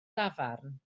dafarn